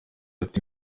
ati